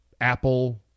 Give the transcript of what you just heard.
Apple